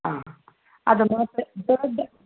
ಹಾಂ ಅದು ಮಾತ್ರ